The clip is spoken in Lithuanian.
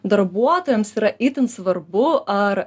darbuotojams yra itin svarbu ar